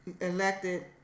elected